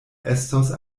estos